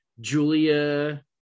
Julia